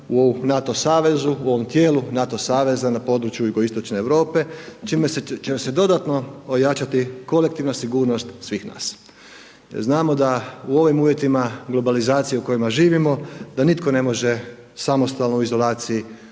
u ovom tijelu NATO saveza na području jugoistočne Europe čime se će se dodatno ojačati kolektivna sigurnost svih nas. Znamo da u ovim uvjetima globalizacije u kojima živimo, da nitko ne može u samostalnoj izolaciji